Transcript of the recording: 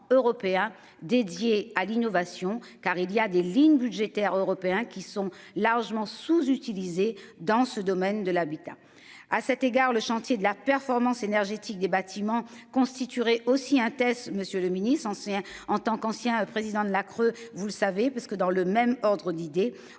européens dédié à l'innovation car il y a des lignes budgétaires européens qui sont largement sous-utilisés dans ce domaine de l'habitat à cet égard, le chantier de la performance énergétique des bâtiments constituerait aussi un test. Monsieur le Ministre, ancien en tant qu'ancien président de la creux, vous le savez parce que dans le même ordre d'idée,